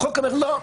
החוק אומר: לא,